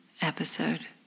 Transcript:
episode